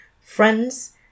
friends